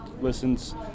listens